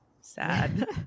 sad